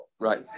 right